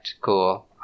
cool